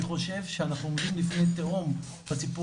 אני חושב שאנחנו עומדים לפני תהום בסיפור